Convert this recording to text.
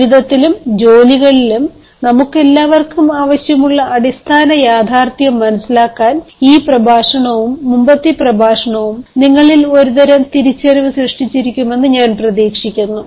ജീവിതത്തിലും ജോലികളിലും നമുക്കെല്ലാവർക്കും ആവശ്യമുള്ള അടിസ്ഥാന യാഥാർത്ഥ്യം മനസിലാക്കാൻ ഈ പ്രഭാഷണവും മുമ്പത്തെ പ്രഭാഷണവും നിങ്ങളിൽ ഒരുതരം തിരിച്ചറിവ് സൃഷ്ടിച്ചിരിക്കുമെന്നു ഞാൻ പ്രതീക്ഷിക്കുന്നു